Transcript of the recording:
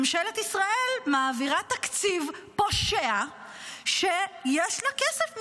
ממשלת ישראל מעבירה תקציב פושע כשיש לה כסף,